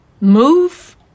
move